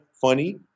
funny